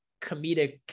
comedic